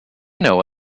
know